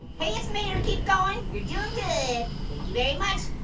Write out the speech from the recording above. hey it's meter, keep going. you're doing good. thank you very much.